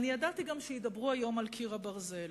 ידעתי שידברו היום גם על "קיר הברזל",